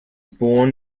born